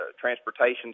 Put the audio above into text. transportation